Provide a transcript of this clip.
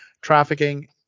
trafficking